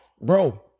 Bro